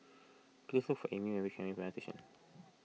please look for Ami when you reach Station